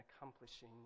accomplishing